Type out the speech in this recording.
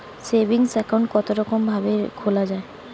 Saving account কতরকম ভাবে খোলা য়ায়?